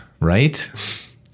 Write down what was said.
right